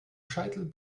scheitel